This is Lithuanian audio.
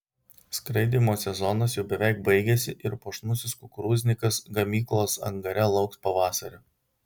skraidymo sezonas jau beveik baigėsi ir puošnusis kukurūznikas gamyklos angare lauks pavasario